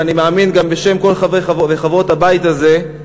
ואני מאמין גם בשם כל חברי וחברות הבית הזה: